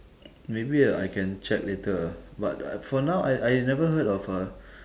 maybe I can check later ah but for now I I never heard of a